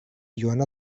joana